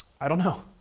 i don't know.